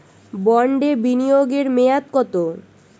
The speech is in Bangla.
বন্ডে বিনিয়োগ এর মেয়াদ কত?